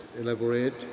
elaborate